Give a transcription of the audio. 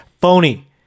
phony